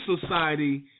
society